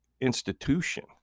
institution